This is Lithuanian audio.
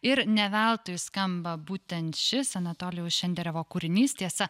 ir ne veltui skamba būtent šis anatolijaus šenderiovo kūrinys tiesa